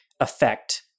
affect